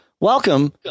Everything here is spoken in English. Welcome